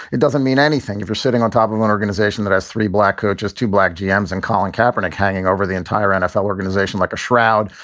it doesn't mean anything if you're sitting on top of one organization that has three black coaches, two black jem's and colin kaepernick hanging over the entire nfl organization like a shroud,